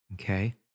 okay